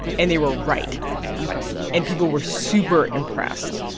and they were right ok and people were super impressed.